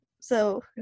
So-